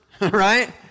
right